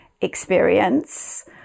experience